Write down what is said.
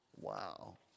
Wow